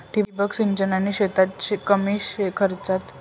ठिबक पद्धतीने शेतात कमी खर्चात शेती करता येईल का?